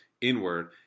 inward